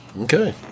okay